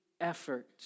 effort